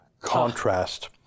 contrast